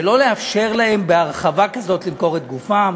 שלא לאפשר להן בהרחבה כזאת למכור את גופן?